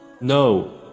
No